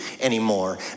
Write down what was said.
anymore